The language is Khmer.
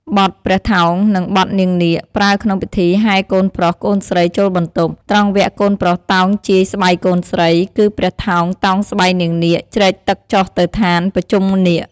បទព្រះថោង និងបទនាងនាគ ប្រើក្នុងពិធីហែកូនប្រុសកូនស្រីចូលបន្ទប់ ត្រង់វគ្គកូនប្រុសតោងជាយស្បៃកូនស្រី គឺព្រះថោងតោងស្បៃនាងនាគជ្រែកទឹកចុះទៅឋានភុជង្គនាគ។